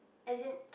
as in